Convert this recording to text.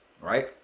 right